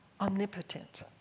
omnipotent